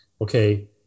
okay